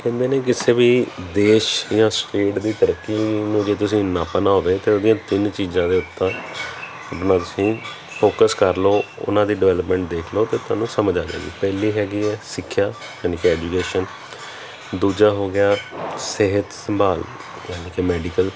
ਕਹਿੰਦੇ ਨੇ ਕਿਸੇ ਵੀ ਦੇਸ਼ ਜਾਂ ਸਟੇਟ ਦੀ ਤਰੱਕੀ ਨੂੰ ਜੇ ਤੁਸੀਂ ਨਾਪਣਾ ਹੋਵੇ ਤਾਂ ਉਹਦੀਆਂ ਤਿੰਨ ਚੀਜ਼ਾਂ ਦੇ ਉੱਪਰ ਆਪਣਾ ਤੁਸੀਂ ਫੋਕਸ ਕਰ ਲਓ ਅਤੇ ਉਹਨਾਂ ਦੀ ਡਿਵੈਲਪਮੈਂਟ ਦੇਖ ਲਓ ਅਤੇ ਤੁਹਾਨੂੰ ਸਮਝ ਆ ਜਾਵੇਗੀ ਪਹਿਲੀ ਹੈਗੀ ਹੈ ਸਿੱਖਿਆ ਜਾਣੀ ਕਿ ਐਜੂਕੇਸ਼ਨ ਦੂਜਾ ਹੋ ਗਿਆ ਸਿਹਤ ਸੰਭਾਲ ਜਾਣੀ ਕੇ ਮੈਡੀਕਲ